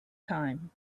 time